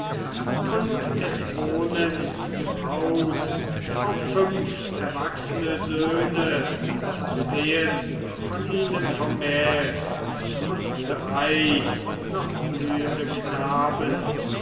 und es wohnen im haus auch fünf erwachsene söhne zween von ihnen vermählt und drei noch blühende knaben